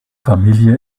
familie